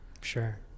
sure